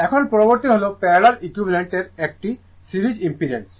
এখন পরবর্তী হল প্যারালাল ইকুইভালেন্ট এর একটি সিরিজ ইম্পিডেন্স